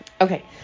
Okay